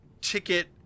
ticket